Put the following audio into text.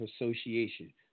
Association